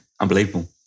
Unbelievable